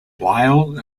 lyle